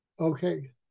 Okay